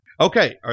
Okay